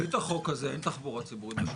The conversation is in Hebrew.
יש את החוק הזה, אין תחבורה ציבורית בשבת.